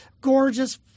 gorgeous